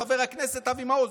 חבר הכנסת אבי מעוז,